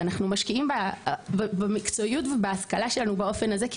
ואנחנו משקיעים במקצועיות ובהשכלה שלנו באופן הזה.